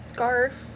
Scarf